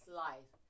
life